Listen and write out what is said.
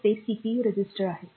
तर ते CPU register आहेत